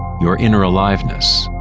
your inner aliveness,